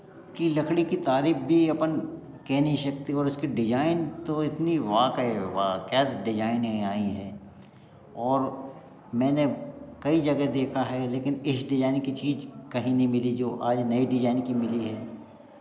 की लड़की की तारीफ भी अपन कह नहीं सकते और उसके डिज़ाइन तो इतनी वाकई वाह क्या डिज़ाइने आई है और मैंने कई जगह देखा है लेकिन इस डिज़ाइन की चीज़ कहीं नहीं मिली जो आज नई डिजाइन की मिली है